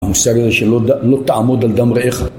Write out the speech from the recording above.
המושג הזה שלא תעמוד על דם רעך